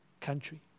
country